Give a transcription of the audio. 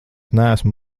neesmu